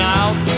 out